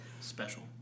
Special